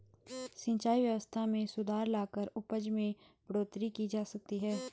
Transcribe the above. सिंचाई व्यवस्था में सुधार लाकर उपज में बढ़ोतरी की जा सकती है